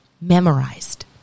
memorized